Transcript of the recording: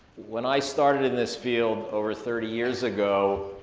when i started in this field over thirty years ago,